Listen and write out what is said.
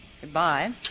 Goodbye